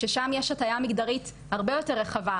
ששם יש הטיה מגדרית הרבה יותר רחבה,